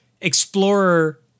explorer